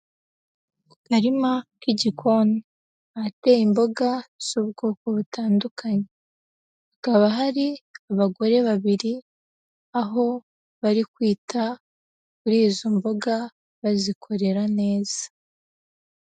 Akarima k'igikoni. Ahateye imboga z'ubwoko butandukanye. Hakaba hari abagore babiri, aho bari kwita kuri izo mboga, bazikorera neza.